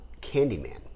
Candyman